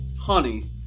honey